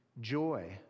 Joy